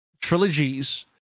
trilogies